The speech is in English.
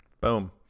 Boom